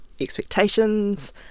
expectations